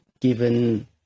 given